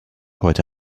heute